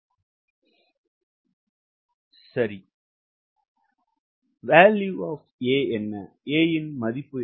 பறக்க வேண்டும் LD அதிகபட்ச நேரங்களை சொல்லலாம் சில காரணிகள் A என்று சொல்லலாம் A இன் மதிப்பு என்ன